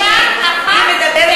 מה עם האנשים?